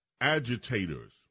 agitators